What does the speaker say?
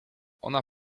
ona